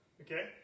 Okay